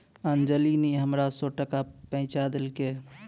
अंजली नी हमरा सौ टका पैंचा देलकै